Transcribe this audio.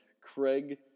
Craig